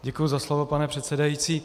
Děkuji za slovo, pane předsedající.